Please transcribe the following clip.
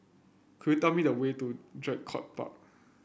could you tell me the way to Draycott Park